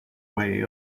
way